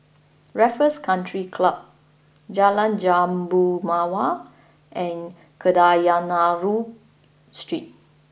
Raffles Country Club Jalan Jambu Mawar and Kadayanallur Street